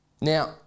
Now